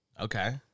Okay